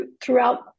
throughout